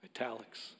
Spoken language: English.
italics